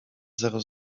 zero